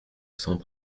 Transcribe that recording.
cent